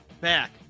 back